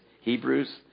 Hebrews